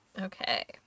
Okay